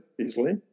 easily